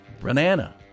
Banana